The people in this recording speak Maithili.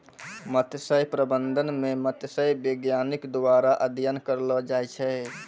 मत्स्य प्रबंधन मे मत्स्य बैज्ञानिक द्वारा अध्ययन करलो जाय छै